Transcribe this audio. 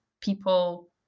people